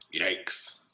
Yikes